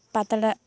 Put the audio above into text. ᱯᱟᱛᱲᱟ